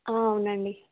అవునండి